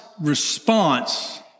response